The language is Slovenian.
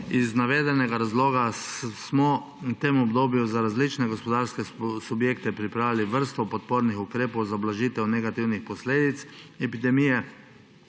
Iz navedenega razloga smo v tem obdobju za različne gospodarske subjekte pripravili vrsto podpornih ukrepov za blažitev negativnih posledic epidemije.